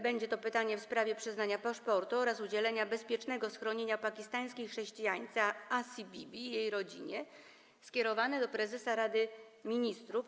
Będzie to pytanie w sprawie przyznania paszportu oraz udzielenia bezpiecznego schronienia pakistańskiej chrześcijance Asi Bibi i jej rodzinie, skierowane do prezesa Rady Ministrów.